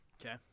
Okay